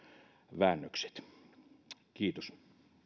väännökset kiitos